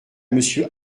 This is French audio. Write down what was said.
monsieur